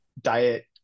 diet